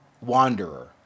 wanderer